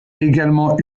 également